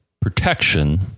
protection